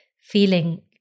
feeling